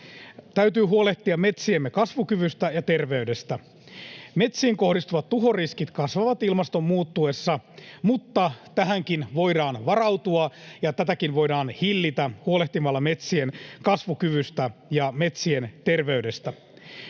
Täytyy huolehtia metsiemme kasvukyvystä ja terveydestä. Metsiin kohdistuvat tuhoriskit kasvavat ilmaston muuttuessa, mutta tähänkin voidaan varautua ja tätäkin voidaan hillitä huolehtimalla metsien kasvukyvystä ja metsien terveydestä.